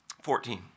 fourteen